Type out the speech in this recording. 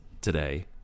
today